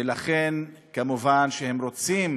ולכן כמובן הם רוצים